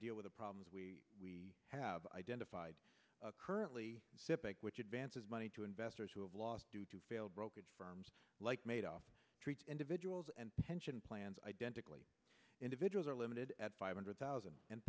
deal with the problems we have identified currently sipek which advances money to investors who have lost due to failed brokerage firms like made off treats individuals and pension plans identically individuals are limited at five hundred thousand and